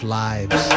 lives